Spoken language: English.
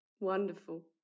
Wonderful